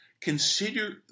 Consider